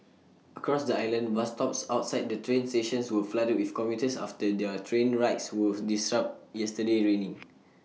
across the island bus stops outside the train stations were flooded with commuters after their train rides were disrupted yesterday evening